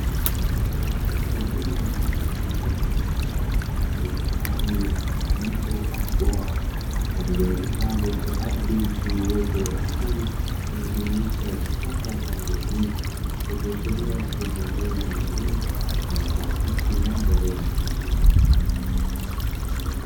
Eneo maalumu lililozungukwa na chanzo cha maji mfano wa mto ama bwawa pamoja na kipande cha ardhi chenye uoto wa asili, unaojumuosha vichaka pamoja na miti ,ikiashiria kuwa ni eneo maalumu lenye kuakisi mandhari ya misitu.